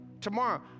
tomorrow